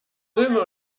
filme